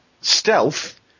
Stealth